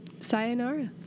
sayonara